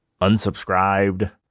unsubscribed